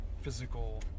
physical